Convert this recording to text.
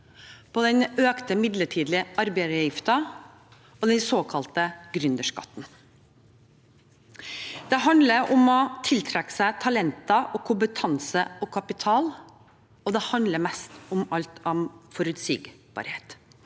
den økte midlertidige arbeidsgiveravgiften og den såkalte gründerskatten. Det handler om å tiltrekke seg talenter, kompetanse og kapital, og det handler mest av alt om forutsigbarhet.